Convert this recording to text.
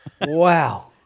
Wow